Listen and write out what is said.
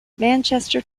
manchester